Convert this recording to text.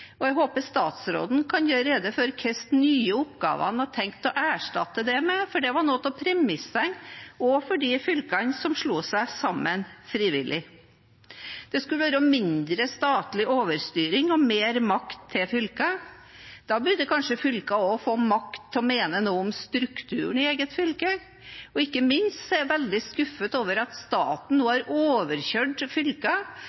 og jeg håper statsråden kan gjøre rede for hvilke nye oppgaver han har tenkt å erstatte det med, for det var noen av premissene også for de fylkene som slo seg sammen frivillig. Det skulle være mindre statlig overstyring og mer makt til fylkene. Da burde kanskje fylkene også få makt til å mene noe om strukturen i eget fylke. Ikke minst er jeg veldig skuffet over at staten nå